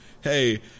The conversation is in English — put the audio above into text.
hey